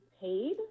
paid